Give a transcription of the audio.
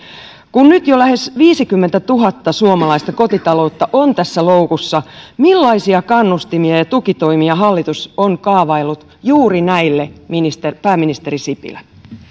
kun nyt jo lähes viisikymmentätuhatta suomalaista kotitaloutta on tässä loukussa millaisia kannustimia ja tukitoimia hallitus on kaavaillut juuri näille pääministeri sipilä